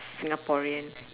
singaporean